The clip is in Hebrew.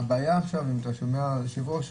אתה שומע, היושב-ראש?